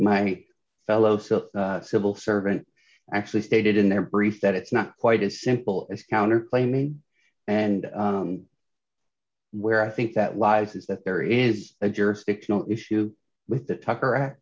my fellow so civil servant actually stated in their brief that it's not quite as simple as counter claiming and where i think that lies is that there is a jurisdictional issue with the t